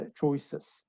choices